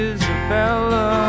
Isabella